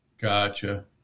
Gotcha